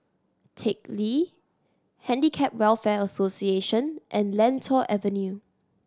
Teck Lee Handicap Welfare Association and Lentor Avenue